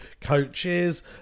coaches